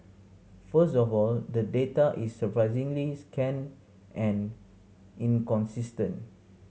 first of all the data is surprisingly scant and inconsistent